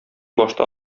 башта